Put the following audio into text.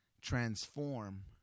transform